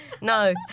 no